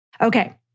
Okay